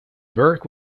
burke